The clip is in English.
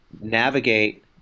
navigate